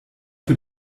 für